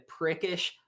prickish